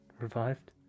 revived